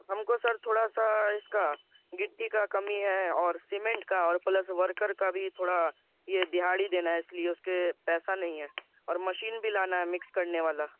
ہم کو سر تھوڑا سا اس کا گٹی کا کمی ہے اور سیمنٹ کا اور پلس ورکر کا بھی تھوڑا یہ دہاڑی دینا ہے اس لیے اس کے پیسہ نہیں ہے اور مشین بھی لانا ہے مکس کرنے والا